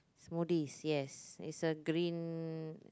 smoothies yes it's a green